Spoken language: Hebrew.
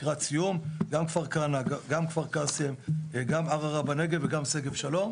כפר קנא, כפר קאסם, ערערה ושגב שלום,